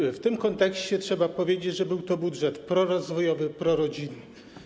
I w tym kontekście trzeba powiedzieć, że był to budżet prorozwojowy, prorodzinny.